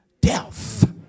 Death